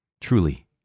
Truly